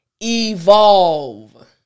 evolve